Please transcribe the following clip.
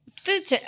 food